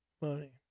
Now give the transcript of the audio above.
money